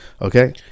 Okay